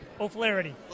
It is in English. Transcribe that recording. O'Flaherty